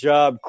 job